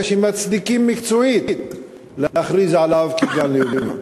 שמצדיקים מקצועית להכריז עליו כגן לאומי.